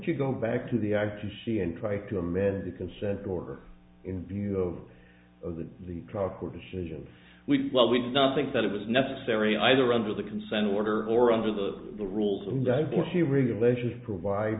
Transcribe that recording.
to go back to the active she and try to amend the consent order in view of the the trial court decision well we did not think that it was necessary either under the consent order or under the the rules and she relations provide